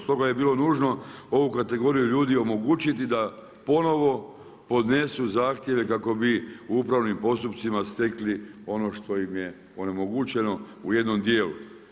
Stoga je bilo nužno ovu kategoriju ljudi omogućiti da ponovno podnesu zahtjeve kako bi u upravnim postupcima stekli ono što im je onemogućeno u jednom djelu.